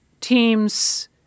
teams